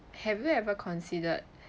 have you ever considered